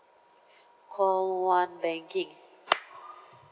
call one banking